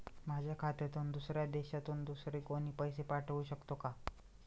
माझ्या खात्यात दुसऱ्या देशातून दुसरे कोणी पैसे पाठवू शकतो का?